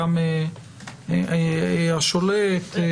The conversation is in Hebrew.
גם השולט.